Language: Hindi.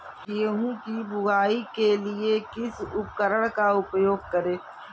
गेहूँ की बुवाई के लिए किस उपकरण का उपयोग करें?